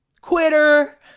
Quitter